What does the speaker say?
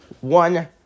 one